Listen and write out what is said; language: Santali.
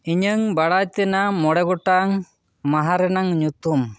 ᱤᱧᱟᱹᱝ ᱵᱟᱲᱟᱭ ᱛᱮᱱᱟᱝ ᱢᱚᱬᱮ ᱜᱚᱴᱟᱝ ᱢᱟᱦᱟ ᱨᱮᱱᱟᱝ ᱧᱩᱛᱩᱢ